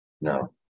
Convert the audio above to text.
no